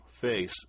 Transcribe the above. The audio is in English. face